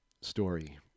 story